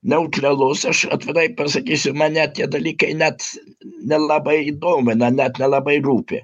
neutralus aš atvirai pasakysiu mane tie dalykai net nelabai domina net nelabai rūpi